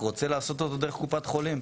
רוצה לעשות אותו דרך קופת חולים?